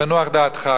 תנוח דעתך,